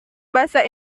bahasa